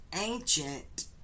ancient